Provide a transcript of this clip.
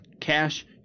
Cash